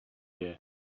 here